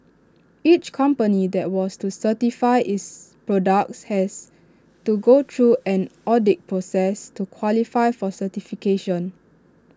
each company that wants to certify its products has to go through an audit process to qualify for certification